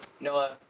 Noah